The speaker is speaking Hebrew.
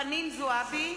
חנין זועבי,